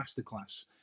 masterclass